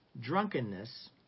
drunkenness